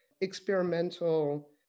experimental